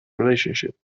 relationship